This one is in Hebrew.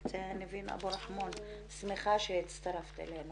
הכנסת ניבין אבו רחמון, אני שמחה שהצטרפת אלינו